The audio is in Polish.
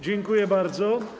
Dziękuję bardzo.